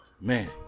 man